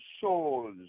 souls